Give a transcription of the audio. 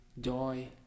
joy